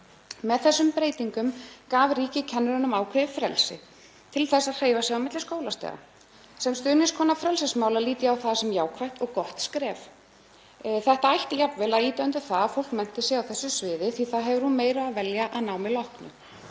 Með þessum breytingum gaf ríkið kennurunum ákveðið frelsi til að hreyfa sig á milli skólastiga. Sem stuðningskona frelsismála lít ég á það sem jákvætt og gott skref. Þetta ætti jafnvel að ýta undir það að fólk mennti sig á þessu sviði því að það hefur úr meiru að velja að námi loknu.